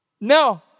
No